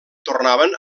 tornaven